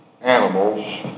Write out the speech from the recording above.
animals